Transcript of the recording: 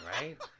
right